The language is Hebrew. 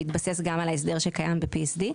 בהתבסס גם על ההסדר שקיים ב-PSD.